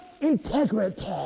integrity